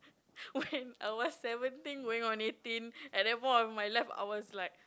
why our seventeen going on eighteen and they put on my love I was like